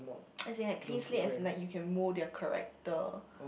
as in at cleans legs as in like you can mold their character